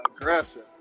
aggressive